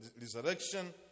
resurrection